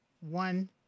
one